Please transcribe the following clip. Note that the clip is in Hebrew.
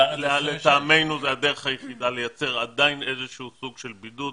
לטעמנו זו הדרך היחידה לייצר עדיין איזשהו סוג של בידוד.